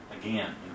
again